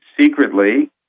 Secretly